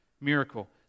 miracle